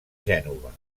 gènova